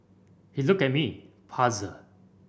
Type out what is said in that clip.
he looked at me puzzled